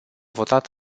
votat